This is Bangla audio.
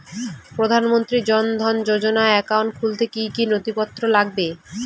প্রধানমন্ত্রী জন ধন যোজনার একাউন্ট খুলতে কি কি নথিপত্র লাগবে?